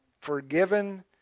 forgiven